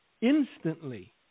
instantly